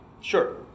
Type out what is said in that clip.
sure